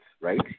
right